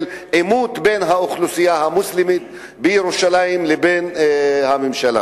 עימות בין האוכלוסייה המוסלמית בירושלים לבין הממשלה.